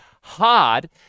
hard